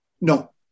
No